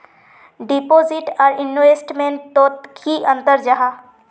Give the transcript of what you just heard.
Deposit आर investment तोत की अंतर जाहा?